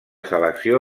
selecció